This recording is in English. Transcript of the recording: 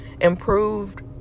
Improved